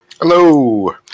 Hello